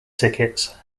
tickets